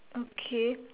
okay